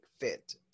fit